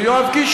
ויואב קיש,